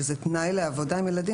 שזה תנאי לעבודה עם ילדים,